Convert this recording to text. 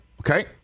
Okay